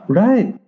right